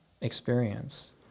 experience